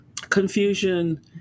confusion